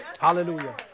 Hallelujah